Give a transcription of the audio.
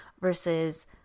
Versus